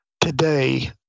today